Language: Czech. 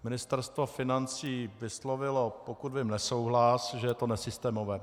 Ministerstvo financí vyslovilo, pokud vím, nesouhlas, že je to nesystémové.